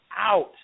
out